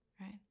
right